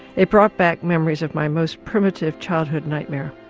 it brought back memories of my most primitive childhood nightmare.